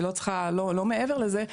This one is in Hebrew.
לא מעבר לזה.